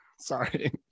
sorry